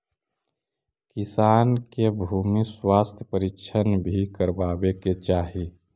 किसान के भूमि स्वास्थ्य परीक्षण भी करवावे के चाहि